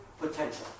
potential